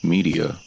Media